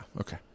okay